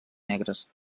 negres